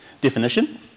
definition